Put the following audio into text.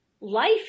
life